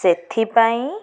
ସେଥିପାଇଁ